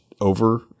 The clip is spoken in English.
over